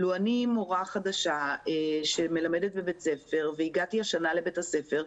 לו אני מורה חדשה שמלמדת בבית ספר והגעתי השנה לבית הספר,